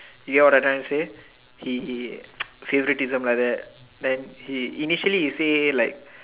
you know what I'm trying to say he favoritism like that then he initially he say like